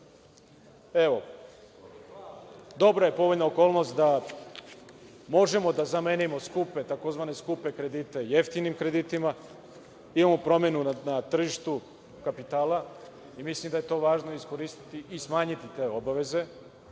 dobra je povoljna okolnost da možemo da zamenimo tzv. skupe kredite jeftinim kreditima, imamo promenu na tržištu kapitala i mislim da je to važno iskoristiti i smanjiti te obaveze